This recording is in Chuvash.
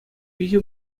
виҫӗ